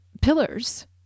pillars